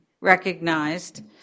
recognized